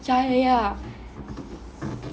ya ya ya